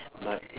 but